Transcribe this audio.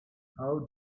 how